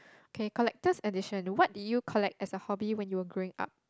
okay collector's edition what did you collect as a hobby when you were growing up